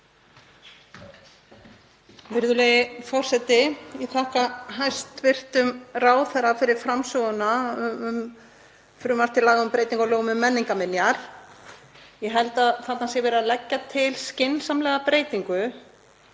Virðulegi forseti. Ég þakka hæstv. ráðherra fyrir framsöguna um frumvarp til laga um breytingu á lögum um menningarminjar. Ég held að þarna sé verið að leggja til skynsamlega breytingu